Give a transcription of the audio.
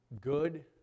good